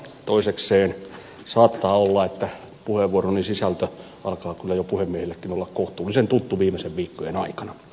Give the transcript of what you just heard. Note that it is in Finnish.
toisekseen saattaa olla että puheenvuoroni sisältö alkaa kyllä jo puhemiehillekin olla kohtuullisen tuttu viimeisten viikkojen aikana